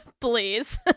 please